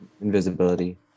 invisibility